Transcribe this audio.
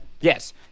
Yes